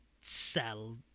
sell